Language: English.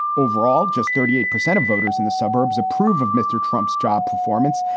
overall, just thirty eight percent of voters in the suburbs approve of mr. trump's job performance,